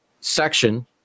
section